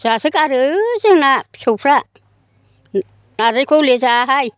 जासोगारो जोंना फिसौफ्रा नारजिखौ हयले जायाहाय